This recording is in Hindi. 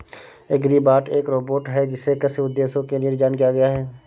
एग्रीबॉट एक रोबोट है जिसे कृषि उद्देश्यों के लिए डिज़ाइन किया गया है